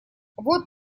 вот